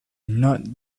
not